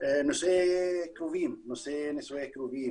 נושא נישואי קרובים.